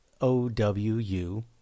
OWU